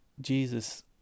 Jesus